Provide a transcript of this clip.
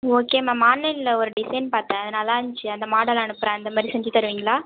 okay ma'am ஆன்லைனில் ஒரு design பார்த்தேன் அது நல்லா இருந்துச்சு அந்த மாடல் அனுப்புகிறேன் அந்தமாதிரி செஞ்சு தருவீங்களா